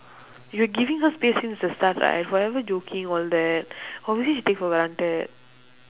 you're giving her space since the start right forever joking all that obviously she take for granted